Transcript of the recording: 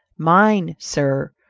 mine, sir,